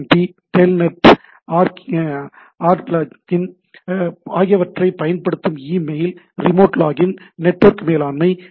B Telnet R login ஆகியவற்றைப் பயன்படுத்தும் e mail remote login network மேலாண்மை டி